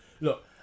Look